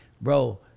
Bro